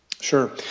Sure